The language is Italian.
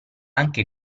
anche